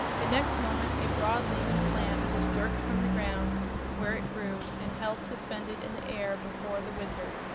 the next moment a broad-leaved plant was jerked from the ground where it grew and held suspended in the air before the wizard.